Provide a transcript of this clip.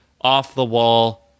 off-the-wall